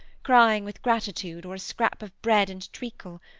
crying with gratitude or a scrap of bread and treacle,